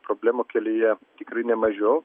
problemų kelyje tikrai nemažiau